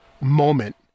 moment